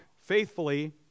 faithfully